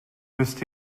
müsst